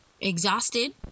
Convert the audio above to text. exhausted